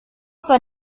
sei